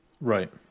right